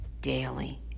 daily